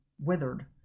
withered